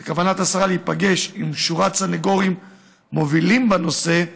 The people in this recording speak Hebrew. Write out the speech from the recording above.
בכוונת השרה להיפגש עם שורת סנגורים מובילים בנושא,